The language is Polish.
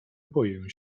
boję